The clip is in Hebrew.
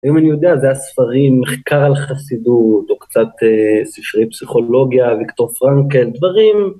אם אני יודע זה הספרים, מחקר על חסידות, או קצת ספרי פסיכולוגיה, ויקטור פרנקל, דברים.